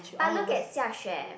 but look at xiaxue